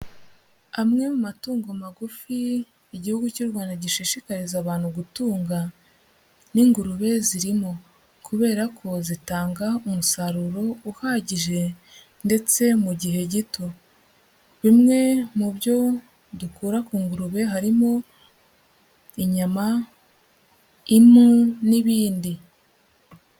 Amwe mu matungo magufi igihugu cy'u Rwanda gishishikariza abantu gutunga n'ingurube zirimo kubera ko zitanga umusaruro uhagije ndetse mu gihe gito, bimwe mu byo dukura ku ngurube harimo inyama, impu n'ibindi.